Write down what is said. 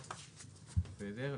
בסדר.